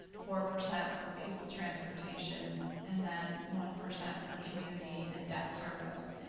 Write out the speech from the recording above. four percent for pupil transportation, and then one percent for community and debt service.